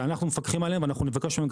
כי אנחנו מפקחים עליהם ואנחנו נבקש מהם גם.